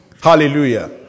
Hallelujah